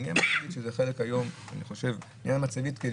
מניעה מצבית כדי למנוע,